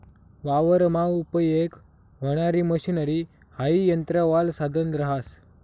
वावरमा उपयेग व्हणारी मशनरी हाई यंत्रवालं साधन रहास